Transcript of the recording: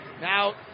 Now